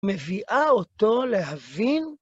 מביאה אותו להבין